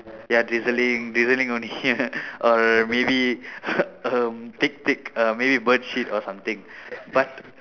ya drizzling drizzling only or maybe um thick thick uh maybe bird shit or something but